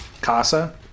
Casa